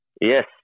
Yes